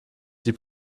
die